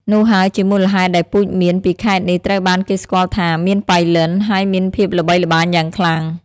នោះហើយជាមូលហេតុដែលពូជមៀនពីខេត្តនេះត្រូវបានគេស្គាល់ថា មៀនប៉ៃលិន ហើយមានភាពល្បីល្បាញយ៉ាងខ្លាំង។